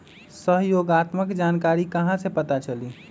सहयोगात्मक जानकारी कहा से पता चली?